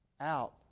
out